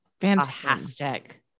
Fantastic